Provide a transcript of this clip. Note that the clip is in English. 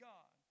God